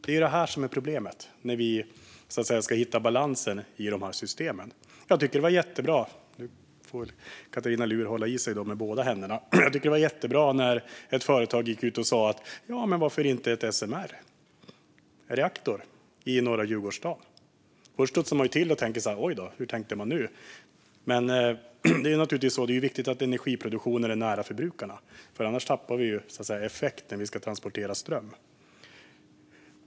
Det är detta som är problemet när vi ska hitta balansen i de här systemen. Nu får väl Katarina Luhr hålla i sig med båda händerna, men jag tyckte att det var jättebra när ett företag gick ut och sa: Varför inte en SMR-reaktor i Norra Djurgårdsstaden? Först studsade man ju till och tänkte: Oj då, hur tänkte de nu? Men det är naturligtvis viktigt att energiproduktionen är nära förbrukarna, för annars tappar vi effekt när vi ska transportera ström.